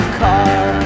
car